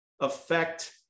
affect